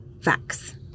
facts